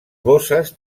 bosses